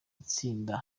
tsinda